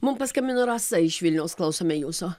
mum paskambino rasa iš vilniaus klausome jūsų